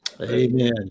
Amen